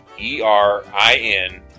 E-R-I-N